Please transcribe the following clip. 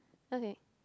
okay